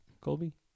Colby